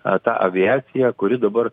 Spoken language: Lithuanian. a tą aviaciją kuri dabar